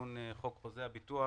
לתיקון חוק חוזה הביטוח